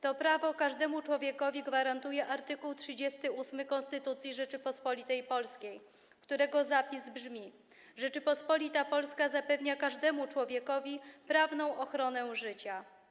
To prawo każdemu człowiekowi gwarantuje art. 38 Konstytucji Rzeczypospolitej Polskiej, którego zapis brzmi: „Rzeczpospolita Polska zapewnia każdemu człowiekowi prawną ochronę życia”